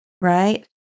right